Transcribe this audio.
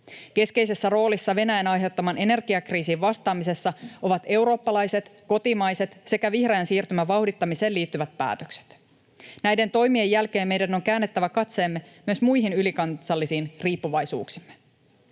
Keskeisessä roolissa Venäjän aiheuttamaan energiakriisiin vastaamisessa ovat eurooppalaiset, kotimaiset sekä vihreän siirtymän vauhdittamiseen liittyvät päätökset. Näiden toimien jälkeen meidän on käännettävä katseemme myös muihin ylikansallisiin riippuvaisuuksiimme.